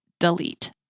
Delete